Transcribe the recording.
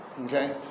okay